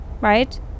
right